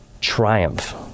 triumph